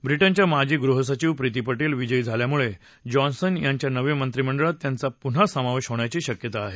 ब्रिटनच्या माजी गृहसचिव प्रिती पटेल विजयी झाल्यामुळे जॉन्सन यांच्या नव्या मंत्रीमंडळात त्यांचा पुन्हा समावेश होण्याची शक्यता आहे